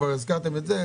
כבר הזכרתם את זה,